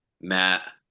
Matt